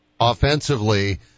offensively